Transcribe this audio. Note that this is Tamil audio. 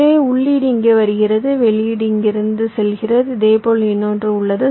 எனவே உள்ளீடு இங்கே வருகிறது வெளியீடு இங்கிருந்து செல்கிறது இதேபோல் இன்னொன்று உள்ளது